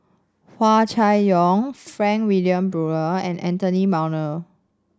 Hua Chai Yong Frank Wilmin Brewer and Anthony Miller